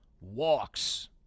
walks